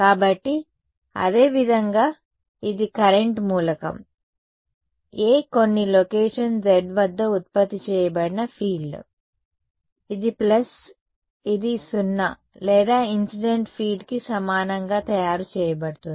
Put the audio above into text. కాబట్టి అదే విధంగా ఇది కరెంట్ మూలకం A కొన్ని లొకేషన్ z వద్ద ఉత్పత్తి చేయబడిన ఫీల్డ్ ఇది ప్లస్ ఇది 0 లేదా ఇన్సిడెంట్ ఫీల్డ్ కి సమానంగా తయారు చేయబడుతుంది